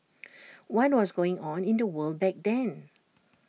why was going on in the world back then